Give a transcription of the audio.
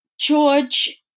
George